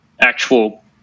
actual